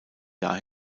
jahr